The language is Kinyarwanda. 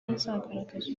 bazagaragaza